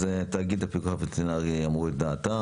אז תאגיד הפיקוח הווטרינרי אמרו את דעתם.